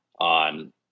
on